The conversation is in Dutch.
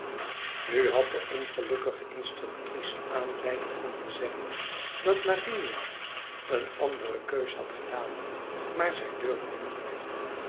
nu had de ongelukkige institutrice aanleiding om te zeggen dat lavinia een andere keus had gedaan maar zij durfde niet